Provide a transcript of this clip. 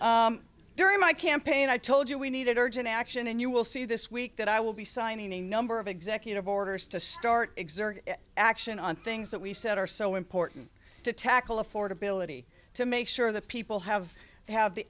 done during my campaign i told you we needed urgent action and you will see this week that i will be signing a number of executive orders to start exert action on things that we said are so important to tackle affordability to make sure that people have they have the